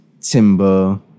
timber